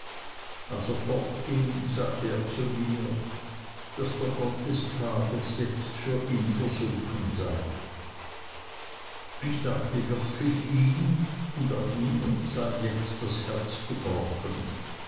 als er fortging sagte er zu mir daß der gott des tages jetzt für ihn versunken sei ich dachte wirklich ihm und auch mir sei jetzt das herz gebrochen